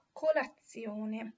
colazione